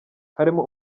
harimo